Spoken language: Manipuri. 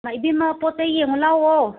ꯏꯕꯦꯝꯃ ꯄꯣꯠ ꯆꯩ ꯌꯦꯡꯉꯂꯥꯎꯋꯣ